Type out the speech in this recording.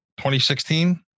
2016